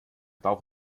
bauch